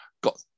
got